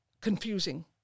confusing